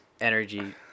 energy